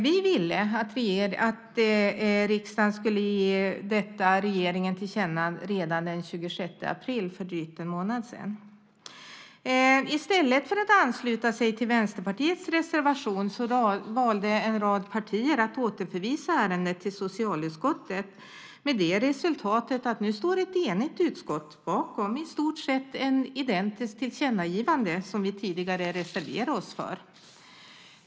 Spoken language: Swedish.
Vi ville att riksdagen skulle ge regeringen detta till känna redan den 26 april, för drygt en månad sedan. I stället för att ansluta sig till Vänsterpartiets reservation valde en rad partier att återförvisa ärendet till socialutskottet med det resultatet att nu står ett enigt utskott bakom ett i stort sett identiskt tillkännagivande med det vi tidigare reserverade oss för.